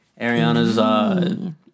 Ariana's